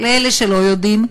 לאלה שלא יודעים,